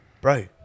Bro